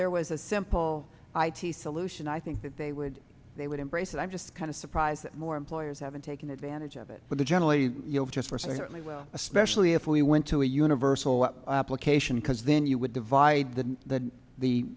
there was a simple i t solution i think that they would they would embrace it i'm just kind of surprised that more employers haven't taken advantage of it for the generally just for certainly well especially if we went to a universal application because then you would divide the the the